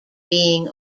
being